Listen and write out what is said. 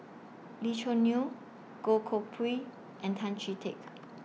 Lee Choo Neo Goh Koh Pui and Tan Chee Teck